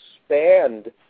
expand